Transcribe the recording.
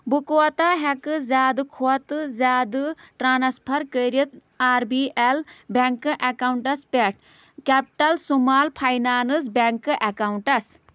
بہٕ کوتاہ ہٮ۪کہٕ زیادٕ کھۄتہٕ زیادٕ ٹرٛانسفَر کٔرِتھ R B L bank accounts پٮ۪ٹھ کٮ۪پٹَل سُمال فاینانٕس بٮ۪نٛک اٮ۪کاوُنٛٹَس